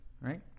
right